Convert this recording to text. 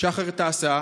שחר תעשה,